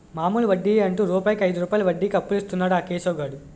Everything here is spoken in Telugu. మామూలు వడ్డియే అంటు రూపాయికు ఐదు రూపాయలు వడ్డీకి అప్పులిస్తన్నాడు ఆ కేశవ్ గాడు